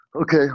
okay